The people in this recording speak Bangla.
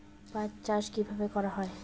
পাট চাষ কীভাবে করা হয়?